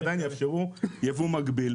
הם עדיין יאפשרו יבוא מקביל.